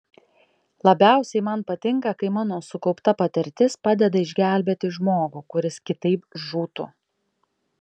labiausiai man patinka kai mano sukaupta patirtis padeda išgelbėti žmogų kuris kitaip žūtų